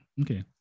Okay